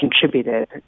contributed